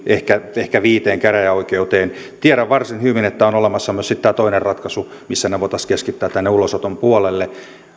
ehkä ehkä viiteen käräjäoikeuteen tiedän varsin hyvin että on olemassa sitten myös tämä toinen ratkaisu missä ne voitaisiin keskittää ulosoton puolelle